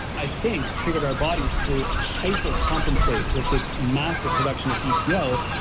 i think triggered our bodies to hyper compensate with this massive production of epo,